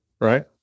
right